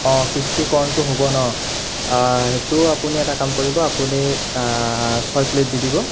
অঁ ক্ৰিস্পী কৰ্ণটো হ'ব ন সেইটো আপুনি এটা কাম কৰিব আপুনি ছয় প্লেট দি দিব